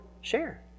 share